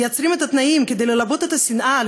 מייצרים את התנאים כדי ללבות את השנאה,